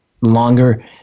longer